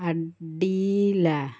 ଆଡ଼ିଲା